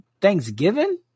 Thanksgiving